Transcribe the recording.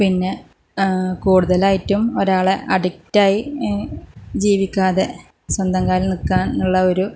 പിന്നെ കൂടുതലായിട്ടും ഒരാളെ അഡിക്റ്റായി ജീവിക്കാതെ സ്വന്തം കാലിൽ നിൽക്കാൻ ഉള്ള ഒരു